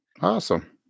Awesome